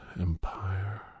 empire